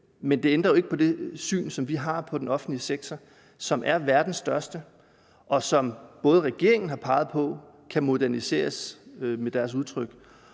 Men det ændrer jo ikke på det syn, som vi har på den offentlige sektor, som er verdens største, og som både regeringen har peget på kan moderniseres – for nu